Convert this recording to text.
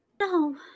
No